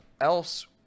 else